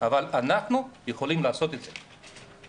אבל אנחנו יכולים לעשות את זה.